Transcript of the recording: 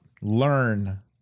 learn